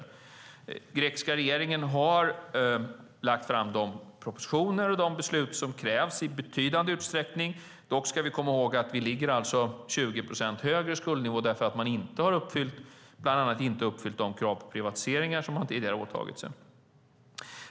Den grekiska regeringen har lagt fram de propositioner och de beslut som krävs i betydande utsträckning. Dock ska vi komma ihåg att skuldnivån ligger 20 procent högre eftersom man bland annat inte har uppfyllt de krav på privatiseringar som man tidigare åtagit sig.